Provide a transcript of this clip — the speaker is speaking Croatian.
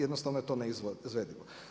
Jednostavno je to neizvedivo.